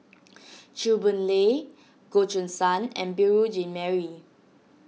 Chew Boon Lay Goh Choo San and Beurel Jean Marie